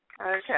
Okay